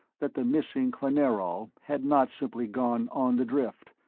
that the missing klanerol had not simply gone on the drift.